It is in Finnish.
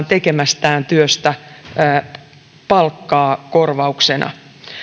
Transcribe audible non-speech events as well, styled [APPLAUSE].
[UNINTELLIGIBLE] tekemästään työstä palkkaa korvauksena